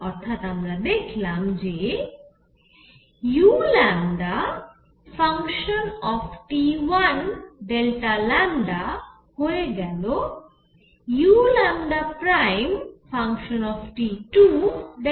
অর্থাৎ আমরা দেখলাম যে u Δλ হয়ে গেল uλ Δλ